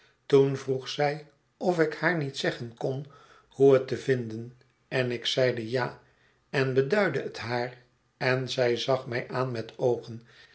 toen vroeg zij of ik haar niet zeggen kon hoe het te vinden en ik zeide ja en beduidde het haar en zij zag mij aan met oogen